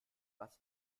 was